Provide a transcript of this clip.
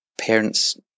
parents